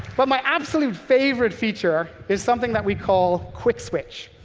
but my absolute favorite feature is something that we call quick switch.